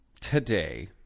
today